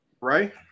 right